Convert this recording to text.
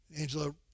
Angela